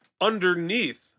underneath